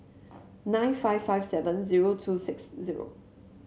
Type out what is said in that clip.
nine five five seven zero two six zero